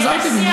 חזרתי בי,